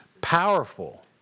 powerful